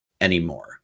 anymore